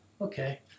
Okay